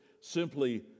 simply